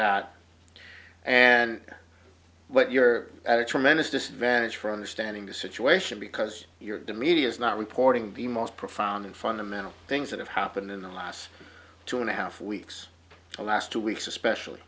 that and what you're at a tremendous disadvantage for understanding the situation because you're dimitrius not reporting the most profound and fundamental things that have happened in the last two and a half weeks the last two weeks especially